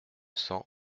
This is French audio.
cents